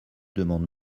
demande